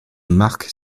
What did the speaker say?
mark